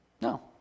No